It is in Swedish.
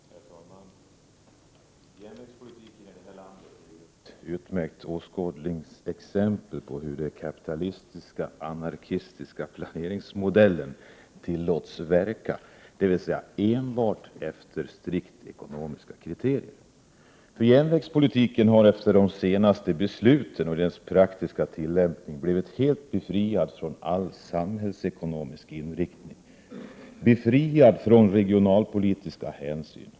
Herr talman! Järnvägspolitiken i vårt land är ett utmärkt åskådningsexempel på hur den kapitalistiska-anarkistiska planeringsmodellen tillåts verka, dvs. enbart efter strikt ekonomiska kriterier. Järnvägspolitiken har genom de senaste besluten och deras praktiska tillämpning blivit helt befriad från all samhällsekonomisk inriktning liksom från regionalpolitiska hänsyn.